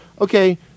Okay